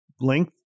length